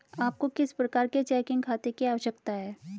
आपको किस प्रकार के चेकिंग खाते की आवश्यकता है?